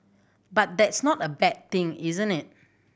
but that's not a bad thing isn't it